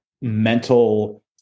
mental